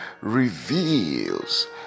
reveals